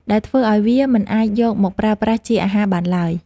ដែលធ្វើឱ្យវាមិនអាចយកមកប្រើប្រាស់ជាអាហារបានឡើយ។